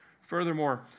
Furthermore